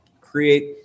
create